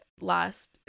last